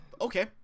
Okay